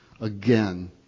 again